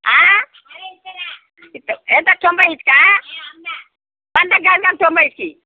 ఇస్తావా ఎంతకు తొంభై ఇస్తావా వందకు కాదు కానీ తొంభైకి ఇవ్వు